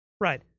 Right